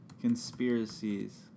conspiracies